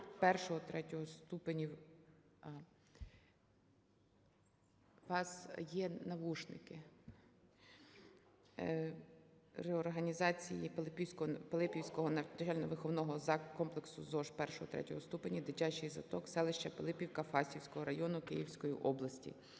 У вас є навушники. ….реорганізації Пилипівського навчально-виховного комплексу "ЗОШ І-ІІІ ступенів – дитячий садок" селища Пилипівка Фастівського району Київської області.